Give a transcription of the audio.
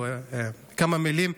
או כמה מילים.